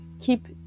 keep